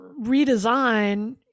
redesign